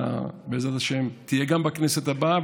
אתה, בעזרת השם, תהיה גם בכנסת הבאה.